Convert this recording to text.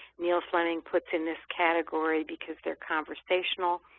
neil fleming puts in this category because they're conversational.